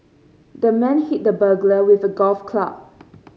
the man hit the burglar with a golf club